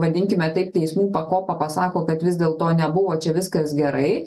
vadinkime taip teismų pakopa pasako kad vis dėlto nebuvo čia viskas gerai